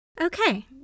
Okay